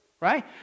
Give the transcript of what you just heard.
Right